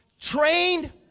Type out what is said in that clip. trained